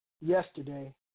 yesterday